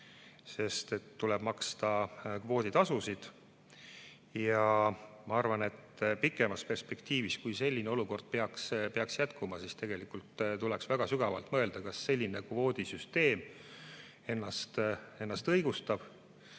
sest tuleb maksta kvooditasusid. Ma arvan, et pikemas perspektiivis, kui selline olukord peaks jätkuma, tuleks tegelikult väga sügavalt mõelda, kas selline kvoodisüsteem ennast õigustab.